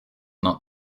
not